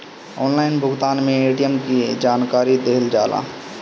Online भुगतान में ATM के जानकारी दिहल जाला?